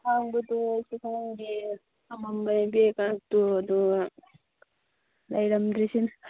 ꯈꯪꯕꯗꯣ ꯑꯩꯁꯨ ꯈꯪꯗꯦ ꯊꯝꯃꯝꯃꯦ ꯕꯦꯒꯀꯗꯣ ꯑꯗꯣ ꯂꯩꯔꯝꯗ꯭ꯔꯤꯁꯤꯅꯤ